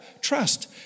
Trust